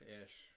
ish